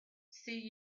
see